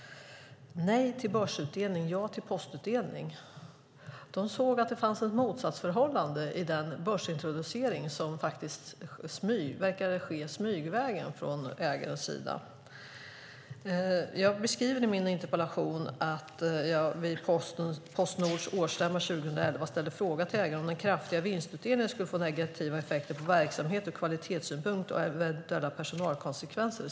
Nej till börsutdelning! Ja till postutdelning! De såg att det fanns ett motsatsförhållande i den börsintroducering som verkar ske smygvägen från ägarens sida. Jag beskriver i min interpellation att jag vid Postnords årsstämma 2011 ställde en fråga till ägarna om huruvida den kraftiga vinstutdelningen skulle få negativa effekter på verksamheten ur kvalitetssynpunkt och om eventuella personalkonsekvenser.